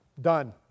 done